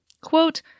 quote